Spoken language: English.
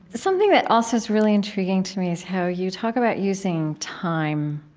something that also is really intriguing to me is how you talk about using time.